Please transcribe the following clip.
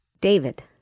David